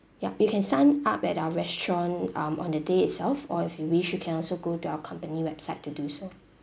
ya you can sign up at our restaurant um on the day itself or if you wish you can also go to our company website to do so